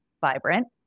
vibrant